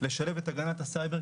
לשלב את הגנת הסייבר,